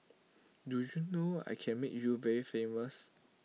do you know I can make you very famous